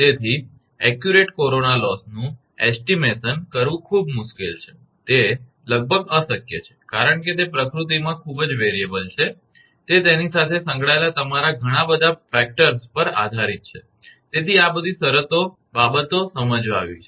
તેથી સચોટ કોરોના લોસનું અનુમાન કરવું ખૂબ મુશ્કેલ છે તે લગભગ અશક્ય છે કારણ કે તે પ્રકૃતિમાં ખૂબ જ ચલ છે તે તેની સાથે સંકળાયેલા તમારા ઘણા પરિબળો પર આધારિત છે તેથી આ બધી બાબતો સમજાવી છે